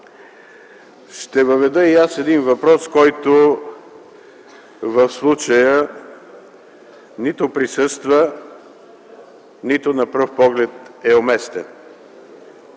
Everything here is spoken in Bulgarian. Ще въведа един въпрос, който в случая нито присъства, нито на пръв поглед е уместен.